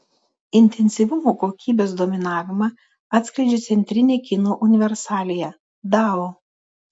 intensyvumo kokybės dominavimą atskleidžia centrinė kinų universalija dao